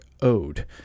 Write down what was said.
Ode